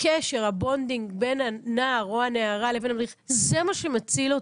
הקשר בין הנער או הנערה לבין המדריך זה מה שמציל אותו.